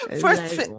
First